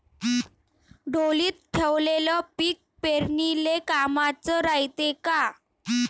ढोलीत ठेवलेलं पीक पेरनीले कामाचं रायते का?